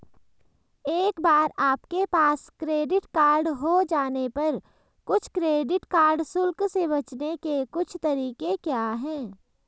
एक बार आपके पास क्रेडिट कार्ड हो जाने पर कुछ क्रेडिट कार्ड शुल्क से बचने के कुछ तरीके क्या हैं?